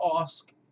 ask